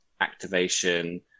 activation